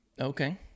Okay